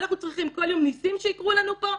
מה, אנחנו צריכים שכל יום יקרו לנו פה ניסים.